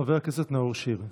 חבר הכנסת נאור שירי,